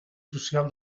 social